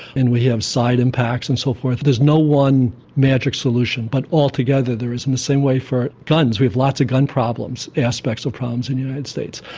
we have side impacts and so forth, there's no one magic solution, but altogether there is, in the same way for guns, we have lots of gun problems, aspects of problems in the united states.